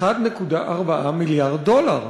1.4 מיליארד דולר.